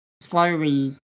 slowly